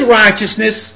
righteousness